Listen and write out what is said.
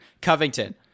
Covington